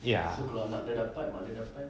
ya